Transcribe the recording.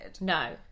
No